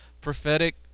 prophetic